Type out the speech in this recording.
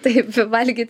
taip valgyt